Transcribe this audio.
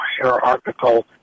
hierarchical